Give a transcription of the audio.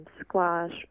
squash